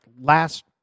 last